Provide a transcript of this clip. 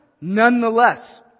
Nonetheless